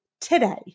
today